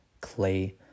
clay